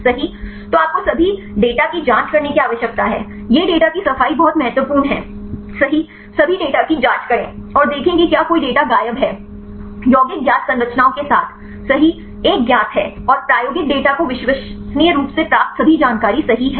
सही तो आपको सभी डेटा की जांच करने की आवश्यकता है यह डेटा की सफाई बहुत महत्वपूर्ण है सही सभी डेटा की जांच करें और देखें कि क्या कोई डेटा गायब हैं यौगिक ज्ञात संरचनाओं के साथ सही एक ज्ञात हैं और प्रायोगिक डेटा को विश्वसनीय रूप से प्राप्त सभी जानकारी सही है